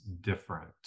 different